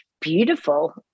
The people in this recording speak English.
beautiful